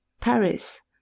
Paris